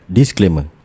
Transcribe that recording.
Disclaimer